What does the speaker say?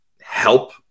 help